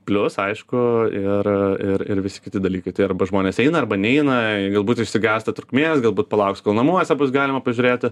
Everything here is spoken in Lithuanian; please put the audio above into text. plius aišku ir ir ir visi kiti dalykai tai arba žmonės eina arba neina galbūt išsigąsta trukmės galbūt palauks kol namuose bus galima pažiūrėti